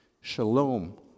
shalom